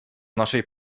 naszej